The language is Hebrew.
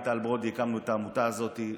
עם טל ברודי הקמנו את העמותה הזאת,